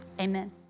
amen